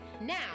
Now